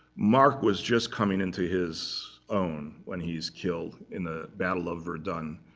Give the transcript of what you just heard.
marc was just coming into his own when he's killed in the battle of verdun,